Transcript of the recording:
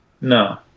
No